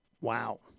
Wow